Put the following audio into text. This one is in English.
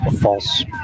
false